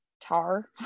tar